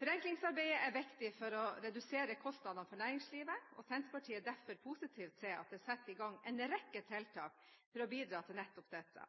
Forenklingsarbeidet er viktig for å redusere kostnader for næringslivet. Senterpartiet er derfor positive til at det er satt i gang en rekke tiltak for å bidra til nettopp dette,